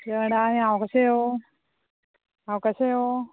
तिच्या वांगडा आनी हांव कशें येवं हांव कशें येवं